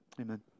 Amen